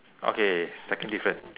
okay second difference